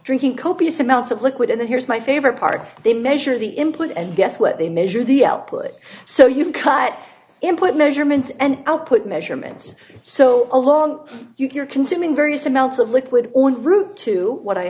drinking copious amounts of liquid and here's my favorite part they measure the input and guess what they measure the output so you can cut and put measurements and out put measurements so alone you're consuming various amounts of liquid on route to what i